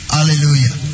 Hallelujah